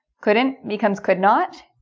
couldn't becomes could not.